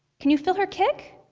can you feel her kick?